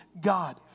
God